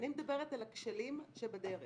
אני מדברת על הכשלים שבדרך.